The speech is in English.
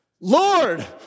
Lord